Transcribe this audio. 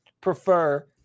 prefer